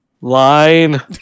line